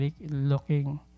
looking